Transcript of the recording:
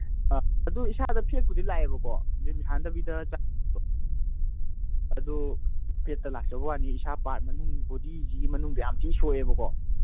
ꯑ ꯑꯗꯨ ꯏꯁꯥꯗ ꯐꯦꯠꯄꯨꯗꯤ ꯂꯥꯛꯑꯦꯕꯀꯣ ꯖꯤꯝ ꯁꯥꯟꯗꯕꯤꯗ ꯑꯗꯨ ꯐꯦꯠꯇ ꯂꯥꯛꯆꯕꯒꯤ ꯋꯥꯅꯤ ꯏꯁꯥ ꯄꯥꯔꯠ ꯃꯅꯨꯡ ꯕꯣꯗꯤꯁꯤꯒꯤ ꯃꯅꯨꯡꯗ ꯌꯥꯝ ꯊꯤꯅ ꯁꯣꯛꯑꯦꯕꯀꯣ